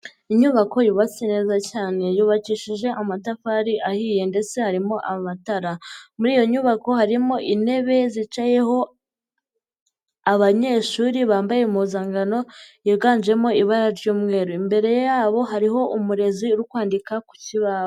Inyubako yubatse neza cyane, yubakishije amatafari ahiye ndetse harimo amatara, muri iyo nyubako harimo intebe zicayeho abanyeshuri bambaye impuzangano, yiganjemo ibara ry'umweru, imbere yabo hariho umurezi uri kwandika ku kibaho.